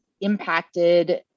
impacted